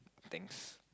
thanks